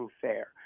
fair